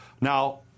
Now